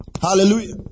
Hallelujah